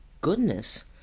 Goodness